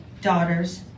daughters